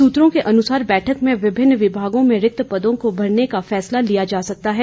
सूत्रों के अनुसार बैठक में विभिन्न विमागों में रिक्त पदों को भरने का फैसला लिया जा सकता है